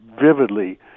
vividly